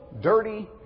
dirty